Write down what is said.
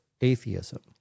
atheism